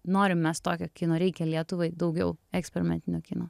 norim mes tokio kino reikia lietuvai daugiau eksperimentinio kino